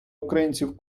українців